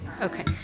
Okay